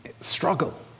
struggle